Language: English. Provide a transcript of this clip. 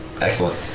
Excellent